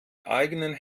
eigenen